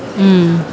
mmhmm